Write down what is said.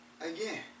Again